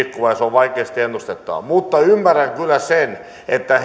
vaikeasti ennustettava mutta ymmärrän kyllä sen että